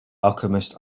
alchemist